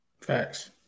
Facts